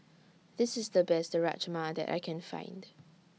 This IS The Best Rajma that I Can Find